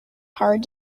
hard